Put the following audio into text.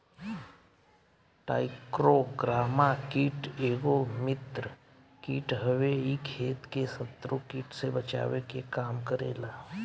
trichogramma कीट एगो मित्र कीट हवे इ खेत के शत्रु कीट से बचावे के काम करेला